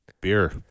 beer